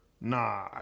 Nah